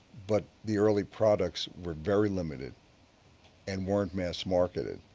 but the early products were very limited and weren't mass marketed.